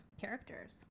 characters